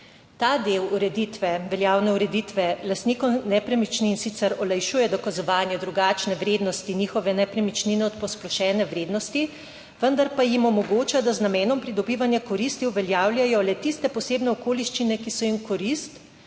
Ta del veljavne ureditve lastnikom nepremičnin sicer olajšuje dokazovanje drugačne vrednosti njihove nepremičnine od posplošene vrednosti, vendar pa jim omogoča, da z namenom pridobivanja koristi uveljavljajo le tiste posebne okoliščine, ki so jim v korist,